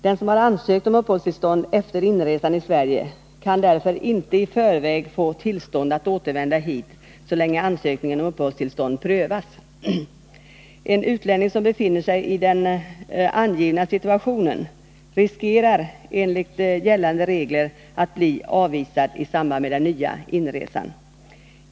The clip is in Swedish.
Den som har ansökt om uppehållstillstånd efter inresan i Sverige kan därför inte i förväg få tillstånd att återvända hit så länge ansökningen om uppehållstillstånd prövas. En utlänning som befinner sig i den angivna situationen riskerar enligt gällande regler att bli avvisad i samband med den nya inresan.